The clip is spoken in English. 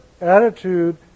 attitude